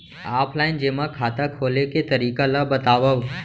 Offline जेमा खाता खोले के तरीका ल बतावव?